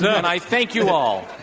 and i thank you all.